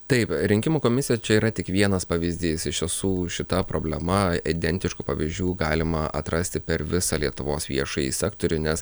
taip rinkimų komisija čia yra tik vienas pavyzdys iš tiesų šita problema identiškų pavyzdžių galima atrasti per visą lietuvos viešąjį sektorių nes